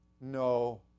No